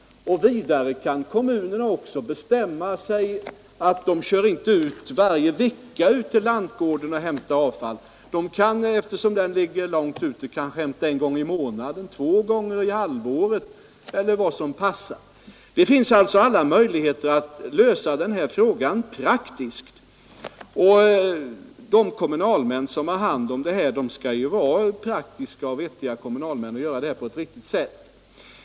Vidare kan kommunerna bestämma att man inte varje vecka skall köra ut till en lantgård och hämta avfall, utan man kan, eftersom en lantgård kanske ligger långt ute, köra ut en gång i månaden, två gånger per halvår eller vad som passar. Det finns alltså alla möjligheter att lösa den här frågan praktiskt, och de kommunalmän som har hand om saken skall ju vara praktiska och vettiga personer, som kan sköta detta på ett riktigt sätt.